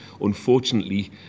unfortunately